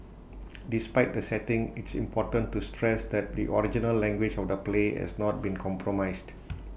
despite the setting it's important to stress that the original language of the play has not been compromised